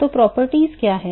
तो गुण क्या हैं